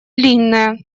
длинная